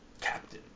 Captain